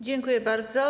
Dziękuję bardzo.